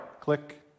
click